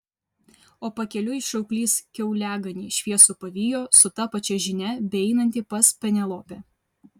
o pakeliui šauklys kiauliaganį šviesų pavijo su ta pačia žinia beeinantį pas penelopę